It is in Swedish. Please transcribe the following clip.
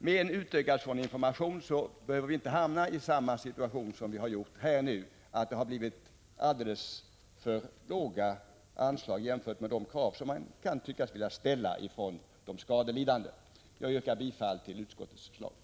Med en sådan utökad information behöver vi inte hamna i samma situation som vi har gjort nu, nämligen att anslagen har blivit alltför låga jämfört med de krav som de skadelidande kan tänkas vilja ställa. Jag yrkar bifall till utskottets förslag.